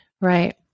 Right